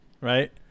Right